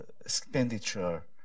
expenditure